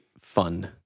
fun